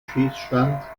schießstand